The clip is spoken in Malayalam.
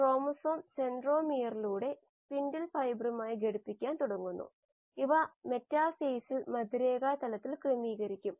അതിനാൽ നമ്മൾ സബ്സ്ട്രേറ്റ് നോക്കുകയാണെങ്കിൽ അത് 1 മുതൽ Y xs തവണ ആയിരിക്കും rx ഇതാണ് സബ്സ്ട്രേറ്റ് ഉപഭോഗത്തിന്റെ നിരക്ക് കോശങ്ങളുടെ രൂപീകരണ നിരക്ക്